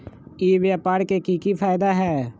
ई व्यापार के की की फायदा है?